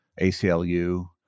ACLU